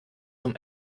zum